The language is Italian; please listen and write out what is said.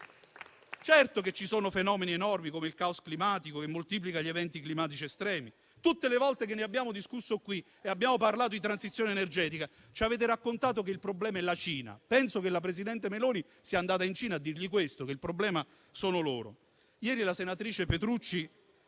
Certo che ci sono fenomeni enormi come il caos climatico, che moltiplicano gli eventi climatici estremi. Tutte le volte che ne abbiamo discusso e abbiamo parlato di transizione energetica ci avete raccontato che il problema era la Cina. Penso che la presidente Meloni sia andata in Cina a dire questo, che il problema sono loro. Ieri la senatrice Petrucci